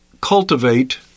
cultivate